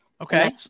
Okay